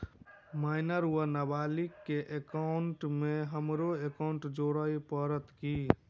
Minor वा नबालिग केँ एकाउंटमे हमरो एकाउन्ट जोड़य पड़त की?